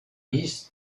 vist